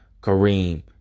Kareem